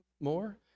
more